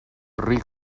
ric